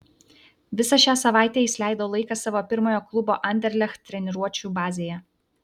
visą šią savaitę jis leido laiką savo pirmojo klubo anderlecht treniruočių bazėje